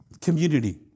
community